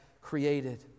created